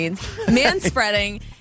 Manspreading